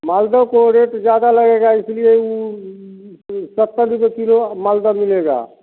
मालदह को रेट ज़्यादा लगेगा इसलिए सत्तर रुपए किलो मालदह मिलेगा